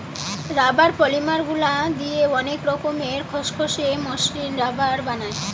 rubber polymer গুলা দিয়ে অনেক রকমের খসখসে, মসৃণ রাবার বানায়